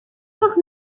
noch